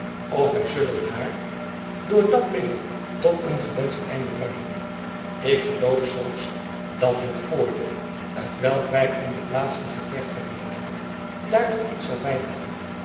of wy zullen haar door dat middel tot een gewenscht einde brengen ik geloof zelfs dat het voordeel t welk wy in dit laatste gevecht hebben behaald daartoe iets zal bybrengen